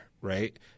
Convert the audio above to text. right